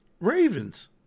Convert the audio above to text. Ravens